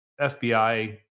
FBI